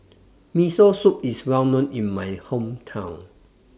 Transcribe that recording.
Miso Soup IS Well known in My Hometown